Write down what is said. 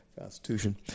Constitution